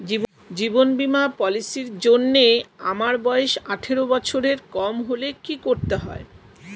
জীবন বীমা পলিসি র জন্যে আমার বয়স আঠারো বছরের কম হলে কি করতে হয়?